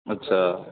અચ્છા